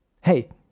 hey